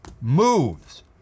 moves